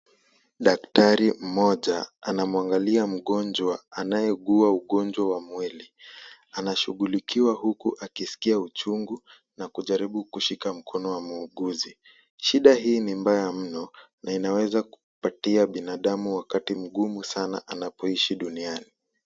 Daktari mmoja anamuangalia mgonjwa anayeugua ugonjwa wa mwili. Anashughulikiwa huku akisikia uchungu na kujaribu kushika mkono wa muuguzi. Shida hii ni mbaya mno na inaweza kupatia binadamu wakati mgumu sana anapoishi duniani.